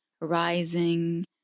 rising